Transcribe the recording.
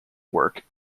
work